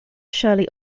shirley